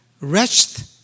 Wretched